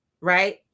right